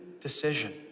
decision